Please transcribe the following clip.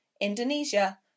Indonesia